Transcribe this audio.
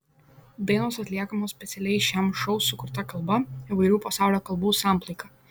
dainos atliekamos specialiai šiam šou sukurta kalba įvairių pasaulio kalbų samplaika